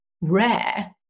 rare